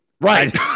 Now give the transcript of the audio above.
Right